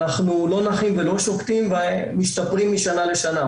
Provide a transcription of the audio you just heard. אנחנו לא נחים ולא שוקטים ומשתפרים משנה לשנה,